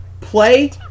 play